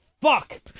fuck